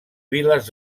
viles